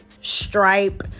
Stripe